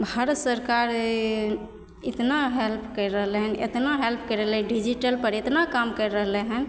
भारत सरकार ई इतना हेल्प करि रहलै हन एतना हेल्प करलै डिजीटल पर एतना काम करि रहलै हन